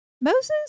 Moses